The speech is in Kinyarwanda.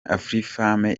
afrifame